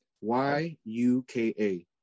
Y-U-K-A